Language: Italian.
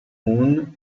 moon